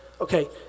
Okay